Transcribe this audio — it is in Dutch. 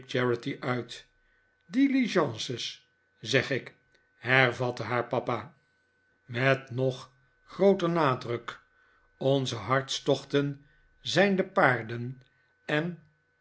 charity uit diligences zeg ik hervatte haar papa met nog grooter nadruk onze hartstochten zijn de paarden en